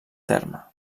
terme